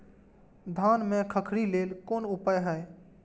धान में खखरी लेल कोन उपाय हय?